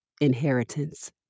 inheritance